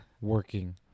working